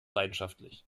leidenschaftlich